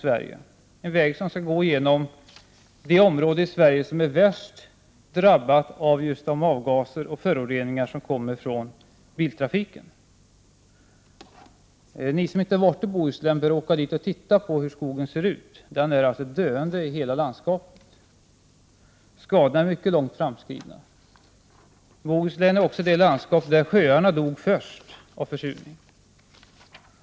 Vägen skall gå genom det område i Sverige som är värst drabbat av de avgaser och föroreningar som kommer från biltrafiken. Ni som inte har varit i Bohuslän bör åka dit och titta på skogen. Den är alltså döende i hela landskapet; skadorna är mycket långt framskridna. Bohuslän är också det landskap där sjöarna dog först av försurning.